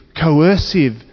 coercive